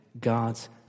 God's